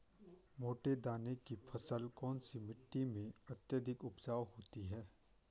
मोटे दाने की फसल कौन सी मिट्टी में अत्यधिक उपजाऊ होती है?